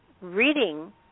reading